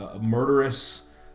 murderous